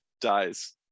dies